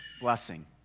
blessing